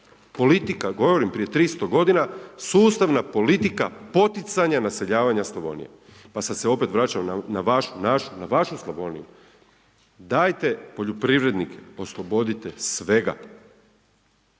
politika, govorim prije 300 godina, sustavna politika poticanja naseljavanja Slavonije. Pa sad se opet vraćam na vašu, našu, na vašu Slavoniju. Dajte poljoprivrednike oslobodite svega.